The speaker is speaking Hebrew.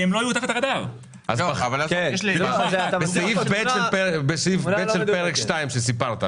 הדין היום קובע שבשותפות עסקית שיש בה שני שותפים יחידים,